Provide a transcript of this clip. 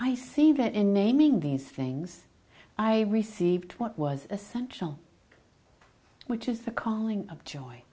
i see that in naming these things i received what was essential which is the calling of joy